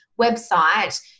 website